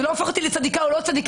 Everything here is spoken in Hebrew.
זה לא הופך אותי לצדיקה או לא צדיקה,